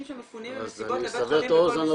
שמפונים ממסיבות לבית חולים בכל מסיבה?